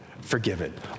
forgiven